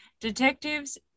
Detectives